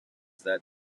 that